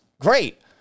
great